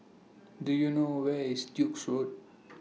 Do YOU know Where IS Duke's Road